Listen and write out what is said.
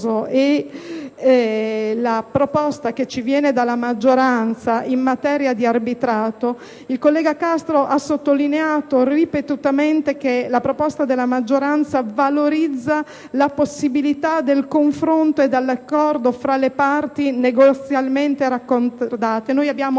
e la proposta che ci viene dalla maggioranza in materia di arbitrato, il collega Castro ha sottolineato ripetutamente che la proposta della maggioranza valorizza la possibilità del confronto e dell'accordo fra le parti negozialmente concordati. Abbiamo